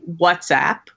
WhatsApp